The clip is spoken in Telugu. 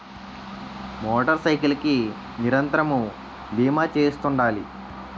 మోటార్ సైకిల్ కి నిరంతరము బీమా చేయిస్తుండాలి